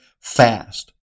fast